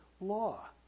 law